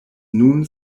nun